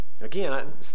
again